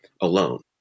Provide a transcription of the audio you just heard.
alone